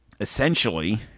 essentially